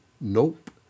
Nope